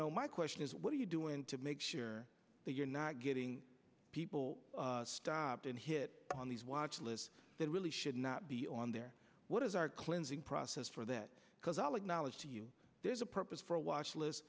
know my question is what are you doing to make sure that you're not getting people stopped and hit on these watch lists that really should not be on there what is our cleansing process for that because all acknowledge to you there's a purpose for a watch list